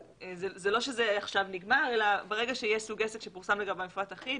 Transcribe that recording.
זה לא שזה עכשיו נגמר אלא ברגע שיהיה סוג עסק שפורסם לגביו מפרט אחיד